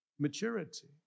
Maturity